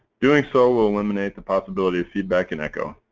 doing so will eliminate the possibility of feedback and echo.